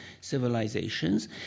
civilizations